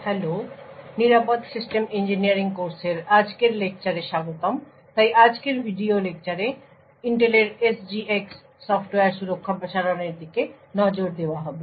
hello এবং secure system engineering কোর্সের আজকের লেকচারে স্বাগতম তাই আজকের ভিডিও লেকচারে ইন্টেলের SGX সফটওয়্যার সুরক্ষা প্রসারণের দিকে নজর দেওয়া হবে